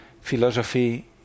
philosophy